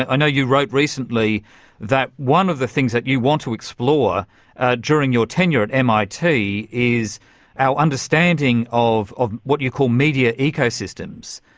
i know you wrote recently that one of the things that you want to explore during your tenure at mit is our understanding of of what you call media ecosystems.